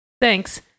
Thanks